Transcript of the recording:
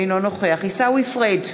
אינו נוכח עיסאווי פריג'